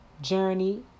journey